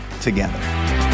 together